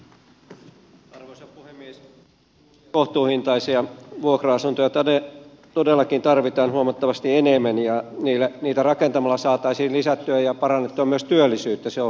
uusia kohtuuhintaisia vuokra asuntoja todellakin tarvitaan huomattavasti enemmän ja niitä rakentamalla saataisiin lisättyä ja parannettua myös työllisyyttä se on huomionarvoinen asia